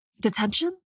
Detention